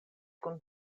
kun